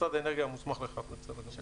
משרד האנרגיה המוסמך לכך, זה בסדר גמור.